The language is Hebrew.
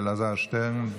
אלעזר שטרן,